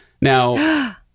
now